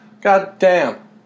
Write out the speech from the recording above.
goddamn